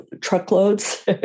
truckloads